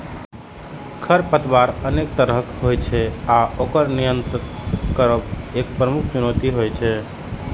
खरपतवार अनेक तरहक होइ छै आ ओकर नियंत्रित करब एक प्रमुख चुनौती होइ छै